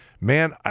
man